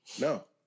No